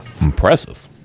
Impressive